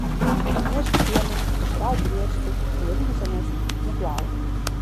atnešk šieno išrauk griežčių nuvalyk žemes nuplauk